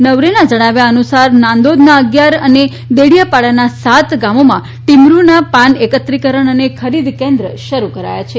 નવરેનાં જણાવ્યા અનુસાર નાંદોદનાં અગિયાર અને ડેડીયાપાડાનાં સાત ગામોમાં ટીમરુનાં પાન એકત્રીકરણ અને ખરીદ કેન્દ્ર શરૂ થયા છે